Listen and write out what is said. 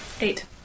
eight